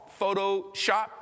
Photoshop